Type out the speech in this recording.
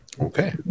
Okay